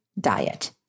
diet